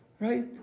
Right